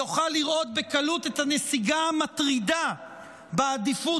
יוכל לראות בקלות את הנסיגה המטרידה בעדיפות